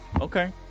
Okay